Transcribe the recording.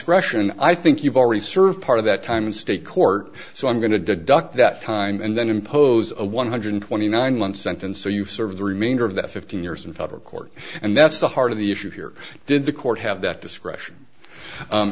discretion i think you've already served part of that time in state court so i'm going to deduct that time and then impose a one hundred twenty nine month sentence so you've served the remainder of that fifteen years in federal court and that's the heart of the issue here did the court have that discretion